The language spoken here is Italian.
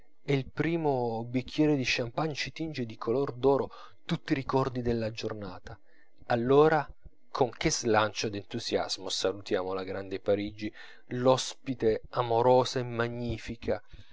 e il primo bicchiere di champagne ci tinge di color d'oro tutti i ricordi della giornata allora con che slancio d'entusiasmo salutiamo la grande parigi l'ospite amorosa e magnifica